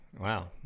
wow